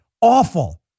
Awful